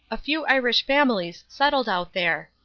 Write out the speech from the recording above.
a few irish families settled out there.